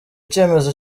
cyemezo